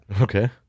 Okay